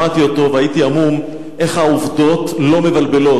שמעתי אותו והייתי המום איך העובדות לא מבלבלות.